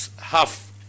half